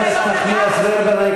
חברת הכנסת נחמיאס ורבין,